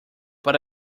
but